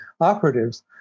operatives